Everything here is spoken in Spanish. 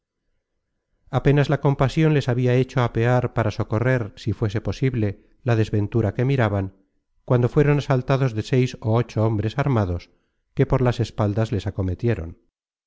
apenas la compasion les habia hecho apear para socorrer si fuese posible la desventura que miraban cuando fueron asaltados de seis ó ocho hombres armados que por las espaldas les acometieron